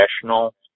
professional